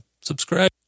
subscribe